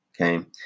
okay